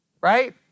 right